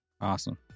Awesome